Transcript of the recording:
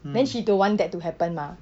then she don't want that to happen mah